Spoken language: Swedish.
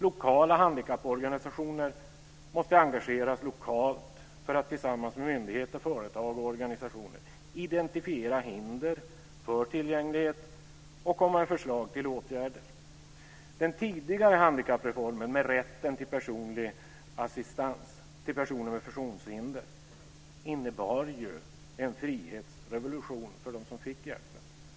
Lokala handikapporganisationer måste engageras för att tillsammans med myndigheter, företag och organisationer identifiera hinder för tillgänglighet och komma med förslag till åtgärder. Den tidigare handikappreformen, med rätten till personlig assistans för personer med funktionshinder innebar ju en frihetsrevolution för dem som fick hjälpen.